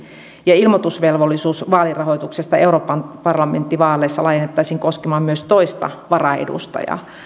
ja ilmoitusvelvollisuus vaalirahoituksesta euroopan parlamenttivaaleissa laajennettaisiin koskemaan myös toista varaedustajaa